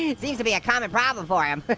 yeah seems to be a common problem for him. but